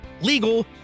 legal